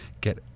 get